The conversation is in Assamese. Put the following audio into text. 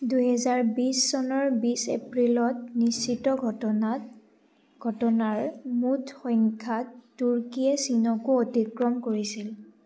দুহেজাৰ বিছ চনৰ বিছ এপ্ৰিলত নিশ্চিত ঘটনাক ঘটনাৰ মুঠ সংখ্যাত তুৰ্কীয়ে চীনকো অতিক্ৰম কৰিছিল